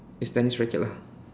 it's tennis racket lah